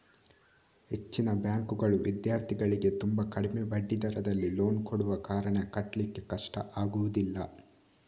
ಹೆಚ್ಚಿನ ಬ್ಯಾಂಕುಗಳು ವಿದ್ಯಾರ್ಥಿಗಳಿಗೆ ತುಂಬಾ ಕಡಿಮೆ ಬಡ್ಡಿ ದರದಲ್ಲಿ ಲೋನ್ ಕೊಡುವ ಕಾರಣ ಕಟ್ಲಿಕ್ಕೆ ಕಷ್ಟ ಆಗುದಿಲ್ಲ